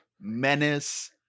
menace